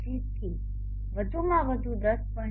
25 થી વધુમાં વધુ 10